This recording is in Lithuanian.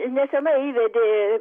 nesenai įvedė